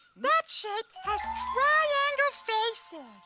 that shape has triangle faces.